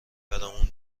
برامون